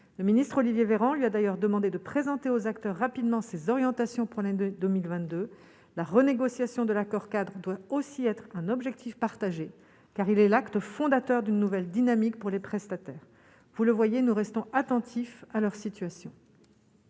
le ministre Olivier Véran lui a d'ailleurs demandé de présenter aux acteurs rapidement ses orientations, problème de 2022 la renégociation de l'accord-cadre doit aussi être un objectif partagé car il est l'acte fondateur d'une nouvelle dynamique pour les prestataires, vous le voyez nous restons attentifs à leur situation.